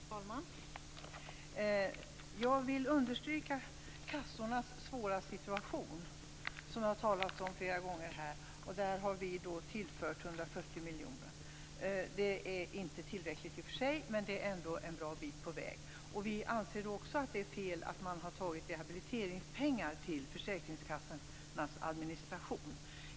Fru talman! Jag vill understryka kassornas svåra situation, som det har talats om flera gånger här. Där har vi tillfört 140 miljoner. Det är inte tillräckligt, men det är ändå en bra bit på väg. Vi anser också att det är fel att man har tagit rehabiliteringspengar till försäkringskassornas administration.